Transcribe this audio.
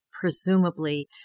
presumably